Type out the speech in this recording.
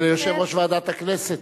וליושב-ראש ועדת הכנסת.